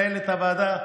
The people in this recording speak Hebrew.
מנהלת הוועדה,